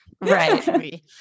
right